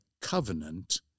covenant